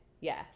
yes